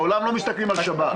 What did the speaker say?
בעולם לא מסתכלים על שב"כ.